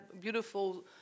beautiful